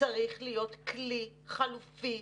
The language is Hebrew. צריך להיות כלי חלופי,